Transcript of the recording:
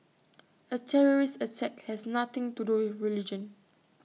A terrorist act has nothing to do with religion